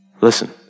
Listen